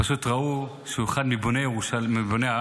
פשוט ראו שהוא אחד מבוני הארץ,